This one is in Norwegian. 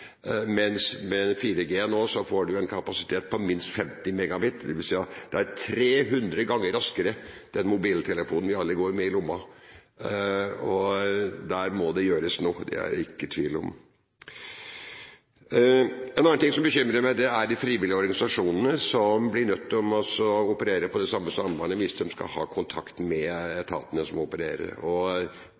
minst 50 megabit, er den mobiltelefonen vi alle går med i lomma, 300 ganger raskere. Der må det gjøres noe, det er det ikke tvil om. En annen ting som bekymrer meg, er de frivillige organisasjonene som blir nødt til å operere på det samme sambandet hvis de skal ha kontakt med etatene som opererer. Veldig mange har gitt uttrykk for at det koster for mye å innføre, og